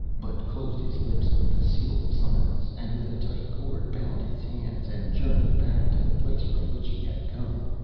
but closed his lips with the seal of silence and with a tight cord bound his hands, and journeyed back to the place from which he had come,